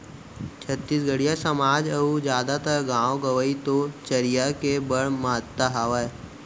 छत्तीसगढ़ी समाज म अउ जादातर गॉंव गँवई तो चरिहा के बड़ महत्ता हावय